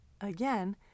again